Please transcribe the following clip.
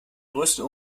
größten